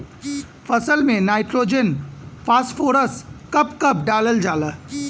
फसल में nitrogen phosphorus कब कब डालल जाला?